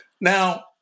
Now